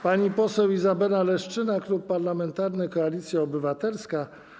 Pani poseł Izabela Leszczyna, Klub Parlamentarny Koalicja Obywatelska.